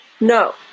No